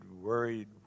worried